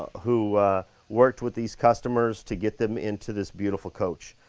who worked with these customers to get them into this beautiful coach.